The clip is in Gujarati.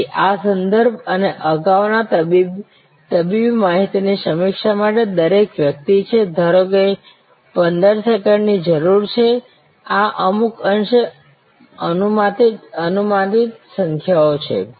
તેથી આ સંદર્ભ અને અગાઉના તબીબી માહિતી ની સમીક્ષા માટે દરેક વ્યક્તિ છે ધારો કે 15 સેકન્ડની જરૂર છે આ અમુક અંશે અનુમાનિત સંખ્યાઓ છે